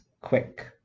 quick